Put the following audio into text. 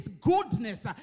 goodness